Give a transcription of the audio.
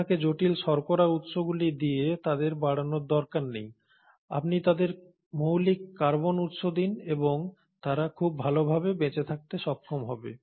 আপনাকে জটিল শর্করা উৎসগুলি দিয়ে তাদের বাড়ানোর দরকার নেই আপনি তাদের মৌলিক কার্বন উৎস দিন এবং তারা খুব ভালভাবে বেঁচে থাকতে সক্ষম হবে